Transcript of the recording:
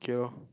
K lor